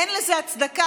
אין לזה הצדקה,